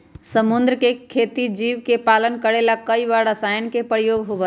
समुद्र के खेती जीव के पालन करे ला कई बार रसायन के प्रयोग होबा हई